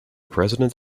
president